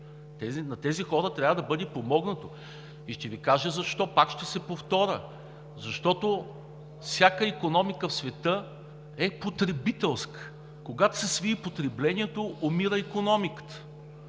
На тези хора трябва да бъде помогнато и ще Ви кажа защо, пак ще се повторя, защото всяка икономика в света е потребителска. Когато се свие потреблението, умира икономиката,